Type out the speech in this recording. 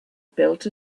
built